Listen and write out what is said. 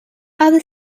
other